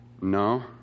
No